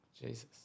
Jesus